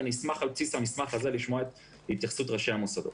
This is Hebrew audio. ואני אשמח על בסיס המסמך הזה לשמוע את התייחסות ראשי המוסדות.